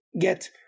get